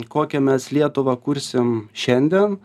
kokią mes lietuvą kursim šiandien